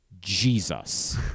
Jesus